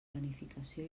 planificació